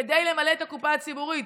כדי למלא את הקופה הציבורית.